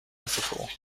liverpool